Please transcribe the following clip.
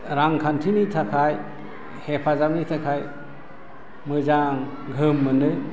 रांखान्थिनि थाखाय हेफाजाबनि थाखाय मोजां गोहोम मोनो